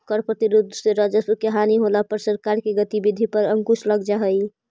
कर प्रतिरोध से राजस्व के हानि होला पर सरकार के गतिविधि पर अंकुश लग जा हई